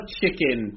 chicken